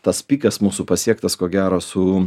tas pikas mūsų pasiektas ko gero su